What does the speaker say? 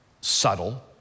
subtle